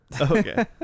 okay